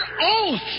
oath